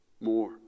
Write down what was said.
more